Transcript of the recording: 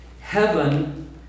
heaven